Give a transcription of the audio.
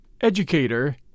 educator